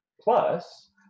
Plus